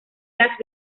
las